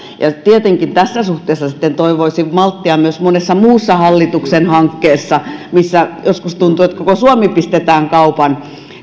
tietenkin tässä suhteessa sitten toivoisin malttia myös monessa muussa hallituksen hankkeessa missä joskus tuntuu että koko suomi pistetään kaupan